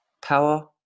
Power